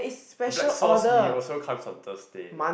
black sauce mee also comes on Thursday